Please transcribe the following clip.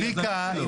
צביקה.